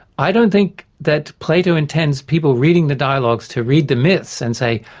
i don't think that plato intends people reading the dialogues to read the myths and say,